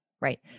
right